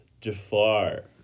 Jafar